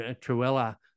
Truella